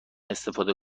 استفاده